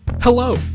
Hello